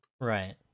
right